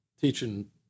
teaching